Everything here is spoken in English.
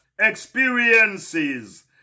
experiences